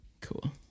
Cool